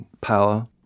power